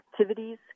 activities